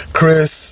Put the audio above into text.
Chris